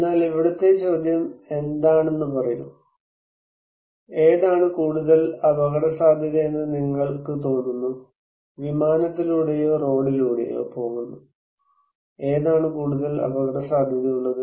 എന്നാൽ ഇവിടുത്തെ ചോദ്യം ഏതാണെന്നു പറയൂ ഏതാണ് കൂടുതൽ അപകടസാധ്യതയെന്ന് നിങ്ങൾക്ക് തോന്നുന്നു വിമാനത്തിലൂടെയോ റോഡിലൂടെയോ പോകുന്നു ഏതാണ് കൂടുതൽ അപകടസാധ്യതയുള്ളത്